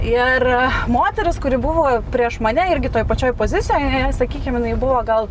ir moteris kuri buvo prieš mane irgi toj pačioj pozicijoj sakykim jinai buvo gal